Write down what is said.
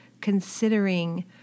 considering